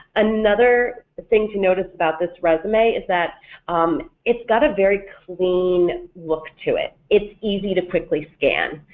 another thing to notice about this resume is that it's got a very clean look to it, it's easy to quickly scan,